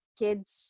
kids